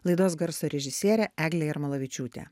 laidos garso režisierė eglė jarmolavičiūtė